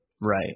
Right